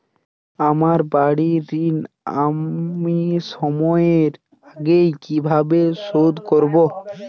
আমার বাড়ীর ঋণ আমি সময়ের আগেই কিভাবে শোধ করবো?